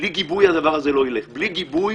בלי גיבוי